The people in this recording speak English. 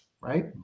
Right